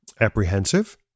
apprehensive